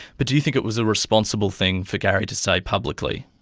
but do you think it was a responsible thing for gary to say publicly?